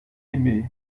aimé